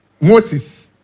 Moses